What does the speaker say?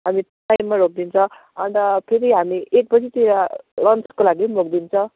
हामी टाइममा रोकिदिन्छ अन्त फेरि हामी एक बजीतिर लन्चको लागि पनि रोकिदिन्छ